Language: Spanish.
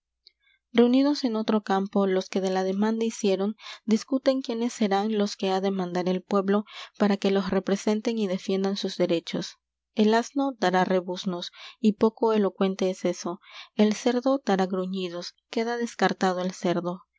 reunidos en otro campo los que la demanda hicieron discuten quiénes serán los que ha de mandar el pueblo para que los representen y defiendan sus derechos el asno dará rebuznos y poco elocuente es eso e l cerdo dará gruñidos queda descartado el cerdo